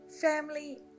Family